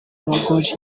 bagore